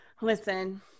Listen